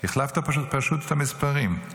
פשוט החלפת את המספרים,